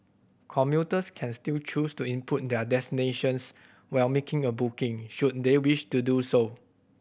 commuters can still choose to input their destinations while making a booking should they wish to do so